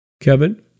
Kevin